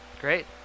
Great